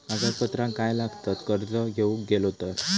कागदपत्रा काय लागतत कर्ज घेऊक गेलो तर?